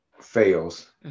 fails